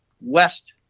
west